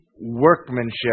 workmanship